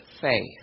faith